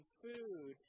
food